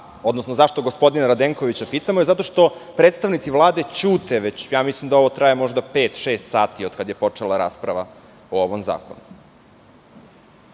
razloga zašto gospodina Radenkovića pitam je zato što predstavnici Vlade ćute. Mislim da ovo traje možda pet, šest sati od kada je počela rasprava o ovom zakonu. Zbog